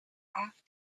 off